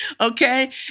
okay